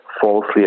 falsely